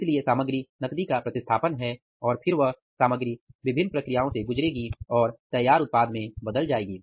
इसलिए सामग्री नकदी का प्रतिस्थापन है और फिर वह सामग्री विभिन्न प्रक्रियाओं से गुजरेगी और तैयार उत्पाद में बदल जाएगी